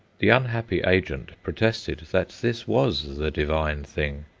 the unhappy agent protested that this was the divine thing.